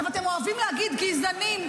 עכשיו, אתם אוהבים להגיד גזענים.